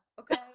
okay